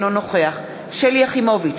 אינו נוכח שלי יחימוביץ,